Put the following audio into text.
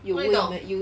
哪里懂